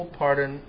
pardon